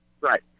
Right